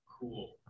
Cool